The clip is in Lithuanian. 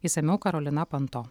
išsamiau karolina panto